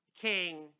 King